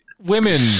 women